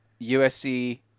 USC